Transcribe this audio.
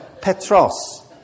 Petros